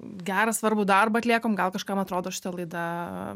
gerą svarbų darbą atliekam gal kažkam atrodo šita laida